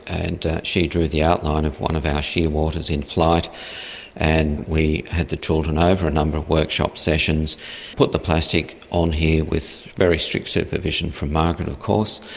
and she drew the outline of one of our shearwaters in flight and we the children over a number of workshop sessions put the plastic on here with very strict supervision from margaret of course,